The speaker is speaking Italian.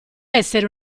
essere